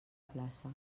plaça